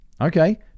okay